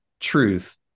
truth